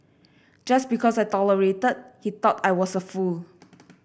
just because I tolerated he thought I was a fool